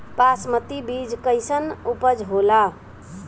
बासमती बीज कईसन उपज होला?